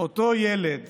אותו ילד